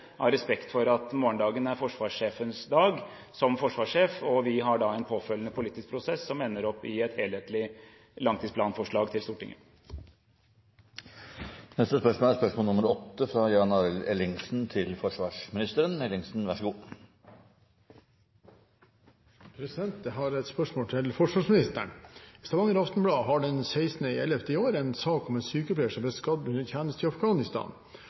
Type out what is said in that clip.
av respekt for at morgendagen er forsvarsjefens dag som forsvarssjef, og vi har da en påfølgende politisk prosess som ender opp i et helhetlig langtidsplanforslag til Stortinget. Jeg har et spørsmål til forsvarsministeren. «Stavanger Aftenblad har den 16. november 2011 en sak om en sykepleier som ble skadd under tjeneste i